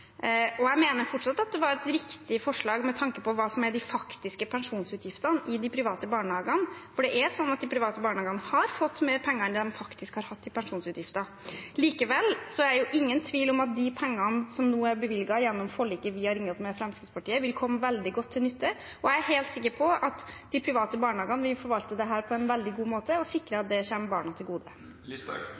Jeg mener fortsatt at det var et riktig forslag med tanke på hva som er de faktiske pensjonsutgiftene i de private barnehagene, for det er sånn at de private barnehagene har fått mer penger enn de faktisk har hatt i pensjonsutgifter. Likevel er det ingen tvil om at de pengene som nå er bevilget gjennom forliket vi har inngått med Fremskrittspartiet, vil komme veldig godt til nytte, og jeg er helt sikker på at de private barnehagene vil forvalte dette på en veldig god måte og sikre at det kommer barna til